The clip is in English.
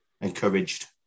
encouraged